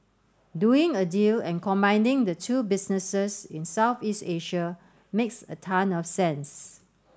doing a deal and combining the two businesses in Southeast Asia makes a ton of sense